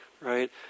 right